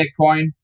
Bitcoin